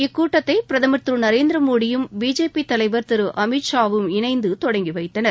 இக்கூட்டத்தை பிரதமர் திரு நரேந்திர மோடியும் பிஜேபி தலைவர் திரு அமித்ஷாவும் இணைந்து தொடங்கி வைத்தனர்